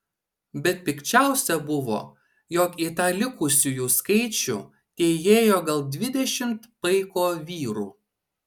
bet pikčiausia buvo jog į tą likusiųjų skaičių teįėjo gal dvidešimt paiko vyrų